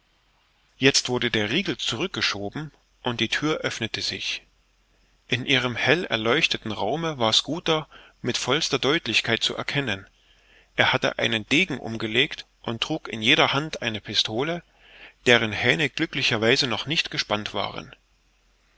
jetzt wurde der riegel zurückgeschoben und die thür öffnete sich in ihrem hell erleuchteten raume war schooter mit vollster deutlichkeit zu erkennen er hatte einen degen umgelegt und trug in jeder hand eine pistole deren hähne glücklicher weise noch nicht gespannt waren